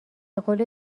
قول